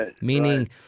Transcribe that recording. meaning –